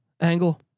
angle